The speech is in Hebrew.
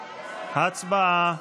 הצבעה.